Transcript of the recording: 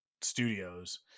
studios